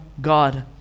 God